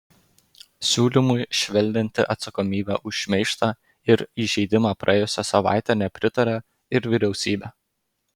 siūlymui švelninti atsakomybę už šmeižtą ir įžeidimą praėjusią savaitę nepritarė ir vyriausybė